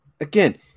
again